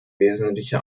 wesentliche